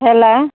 hello